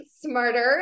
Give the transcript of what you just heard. smarter